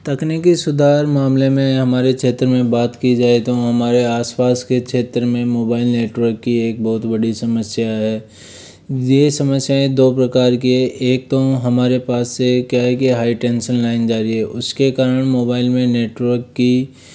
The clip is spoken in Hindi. तकनीकी सुधार मामले में हमारे क्षेत्र में बात की जाए तो हमारे आसपास के क्षेत्र में मोबाइल नेटवर्क की एक बहुत बड़ी समस्या है ये समस्याएँ दो प्रकार की है एक तो हमारे पास से क्या है कि हाइ टेंशन लाइन जा रही है उसके कारण मोबाइल में नेटवर्क की